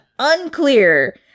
unclear